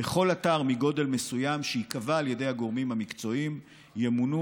בכל אתר מגודל מסוים שייקבע על ידי הגורמים המקצועיים ימונו